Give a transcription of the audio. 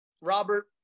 Robert